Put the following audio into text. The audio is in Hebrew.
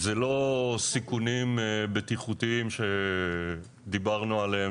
זה לא סיכונים בטיחותיים שדיברנו עליהם